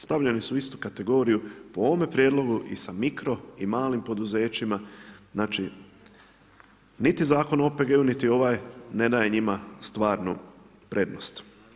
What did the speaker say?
Stavljeni su u istu kategoriju po ovome prijedlogu i sa mikro i malim poduzećima, znači niti Zakon o OPG-u niti ovaj ne daje njima stvarnu prednost.